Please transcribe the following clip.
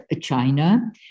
China